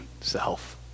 self